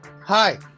Hi